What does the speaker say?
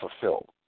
fulfilled